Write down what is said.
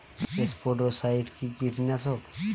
স্পোডোসাইট কি কীটনাশক?